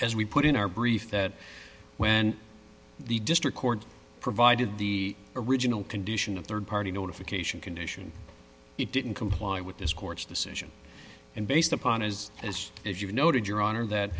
as we put in our brief that when the district court provided the original condition of rd party notification condition it didn't comply with this court's decision and based upon his as as you noted your honor that